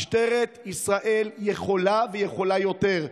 משטרת ישראל יכולה, ויכולה יותר.